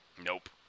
Nope